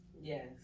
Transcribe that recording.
Yes